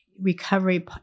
recovery